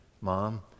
Mom